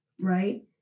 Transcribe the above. right